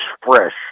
fresh